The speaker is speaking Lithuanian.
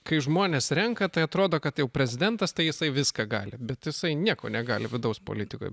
kai žmonės renka tai atrodo kad jau prezidentas tai jisai viską gali bet jisai nieko negali vidaus politikoj